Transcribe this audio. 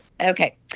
Okay